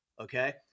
Okay